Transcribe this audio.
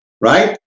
right